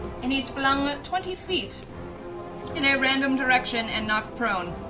and he's flung and twenty feet in a random direction and knocked prone.